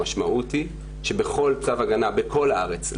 המשמעות היא שבכל צו הגנה בכל הארץ,